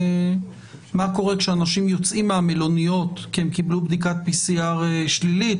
מה קורה כשאנשים יוצאים מהמלוניות כי הם קיבלו בדיקת PCR שלילית,